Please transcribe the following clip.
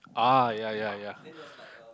ah yeah yeah yeah